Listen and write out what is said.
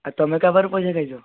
ଆ ତମେ କାହା ପାଖରୁ ପଇସା ଖାଇଛ